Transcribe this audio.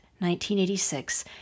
1986